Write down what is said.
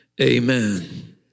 Amen